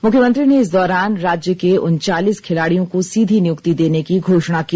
मुख्यमंत्री ने इस दौरान राज्य के उन्वालीस खिलाड़ियों को सीधी नियुक्ति देने की घोषणा की